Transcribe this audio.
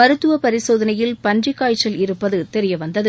மருத்துவ பரிசோதனையில் பன்றிக்காய்ச்சல் இருப்பது தெரியவந்தது